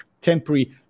temporary